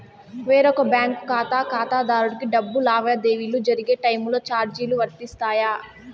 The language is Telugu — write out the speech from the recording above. వేరొక బ్యాంకు ఖాతా ఖాతాదారునికి డబ్బు లావాదేవీలు జరిగే టైములో చార్జీలు వర్తిస్తాయా?